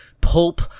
pulp